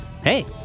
Hey